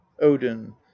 odin